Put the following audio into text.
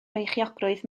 beichiogrwydd